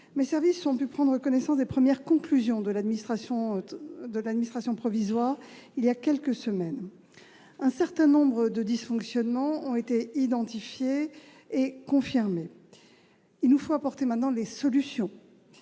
Mes services ont pu prendre connaissance des premières conclusions de l'administration provisoire voilà quelques semaines. Un certain nombre de dysfonctionnements ont été identifiés et confirmés. Il nous faut maintenant apporter des solutions.